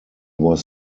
was